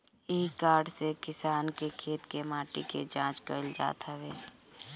इ कार्ड से किसान के खेत के माटी के जाँच कईल जात हवे